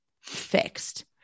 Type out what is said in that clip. fixed